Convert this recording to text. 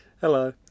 Hello